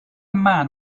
man